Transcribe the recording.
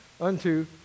unto